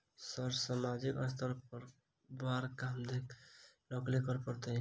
Sir सामाजिक स्तर पर बर काम देख लैलकी करऽ परतै?